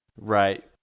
Right